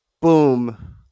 boom